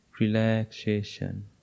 Relaxation